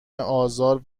آزار